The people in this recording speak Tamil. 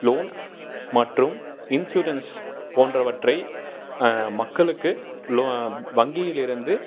லோன் மற்றும் இன்சூரன்ஸ் போன்றவற்றை மக்களுக்கு லோ வங்கியில் இருந்து